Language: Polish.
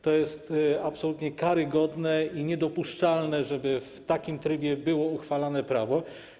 To jest absolutnie karygodne i niedopuszczalne, żeby w takim trybie było uchwalane prawo.